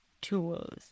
tools